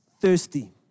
thirsty